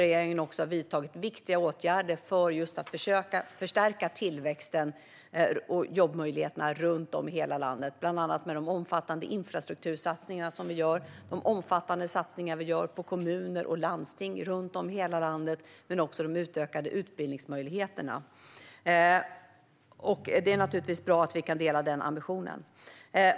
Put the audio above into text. Regeringen har också vidtagit viktiga åtgärder för att försöka förstärka tillväxten och jobbmöjligheterna runt om i hela landet, bland annat med de omfattande satsningar som vi gör på infrastruktur och på kommuner och landsting runt om i hela landet men också med utökade utbildningsmöjligheter. Det är naturligtvis bra att vi delar den ambitionen.